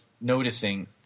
noticing